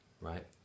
right